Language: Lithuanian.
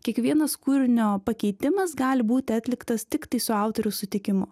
kiekvienas kūrinio pakeitimas gali būti atliktas tiktai su autorių sutikimu